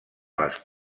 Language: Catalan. les